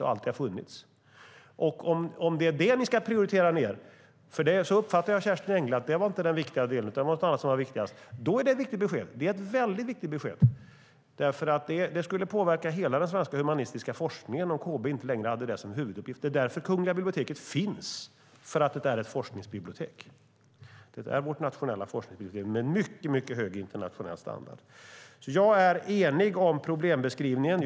Om det är det ni ska prioritera ned - för jag uppfattar av Kerstin Engle att det inte är den viktiga delen, utan det är något annat som är viktigast - är det ett viktigt besked, ett väldigt viktigt besked. Det skulle nämligen påverka hela den svenska humanistiska forskningen om KB inte längre hade det som huvuduppgift. Det är därför Kungliga biblioteket finns - för att det är ett forskningsbibliotek. Det är vårt nationella forskningsbibliotek med en mycket hög internationell standard. Jag är enig med interpellanten om problembeskrivningen.